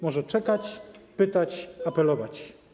Może czekać, pytać, apelować.